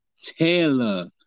Taylor